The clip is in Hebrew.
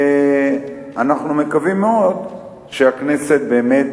ואנחנו מקווים מאוד שהכנסת באמת